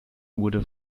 wurde